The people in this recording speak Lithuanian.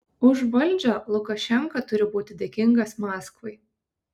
už valdžią lukašenka turi būti dėkingas maskvai